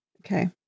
Okay